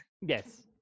Yes